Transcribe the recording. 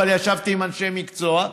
אבל ישבתי עם אנשי מקצוע.